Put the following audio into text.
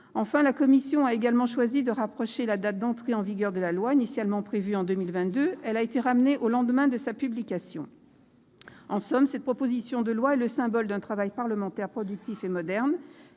Enfin, la commission des lois a également choisi d'avancer la date d'entrée en vigueur de la loi : initialement prévue en 2022, celle-ci a été ramenée au lendemain de sa publication. En somme, cette proposition de loi est le symbole d'un travail parlementaire productif et moderne